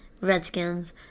Redskins